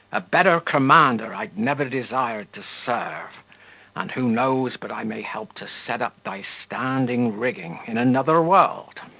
a better commander i'd never desire to serve and who knows but i may help to set up thy standing rigging in another world?